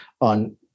on